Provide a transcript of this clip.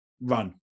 run